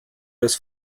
das